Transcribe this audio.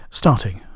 starting